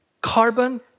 carbon